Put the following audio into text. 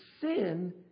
sin